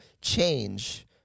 change